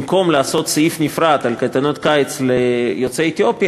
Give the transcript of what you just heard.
במקום לעשות סעיף נפרד לקייטנות קיץ ליוצאי אתיופיה,